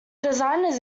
designers